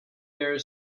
air